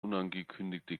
unangekündigte